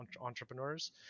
entrepreneurs